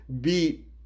beat